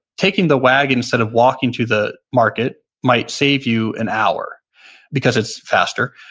taking the wagon instead of walking to the market might save you an hour because it's faster,